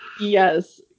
Yes